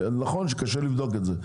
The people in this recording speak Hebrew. נכון שקשה לבדוק את זה.